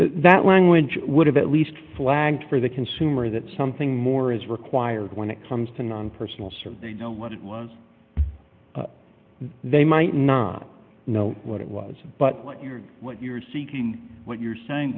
that language would have at least flagged for the consumer that something more is required when it comes to non personal serve they know what it was they might not know what it was but what you're what you're seeking what you're saying